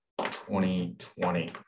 2020